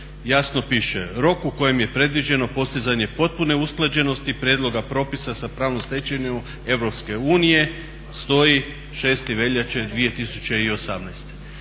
jasno piše. Rok u kojem je predviđeno postizanje potpune usklađenosti prijedloga propisa sa pravnom stečevinom EU stoji 6. veljače 2018.